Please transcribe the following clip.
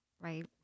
right